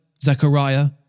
Zechariah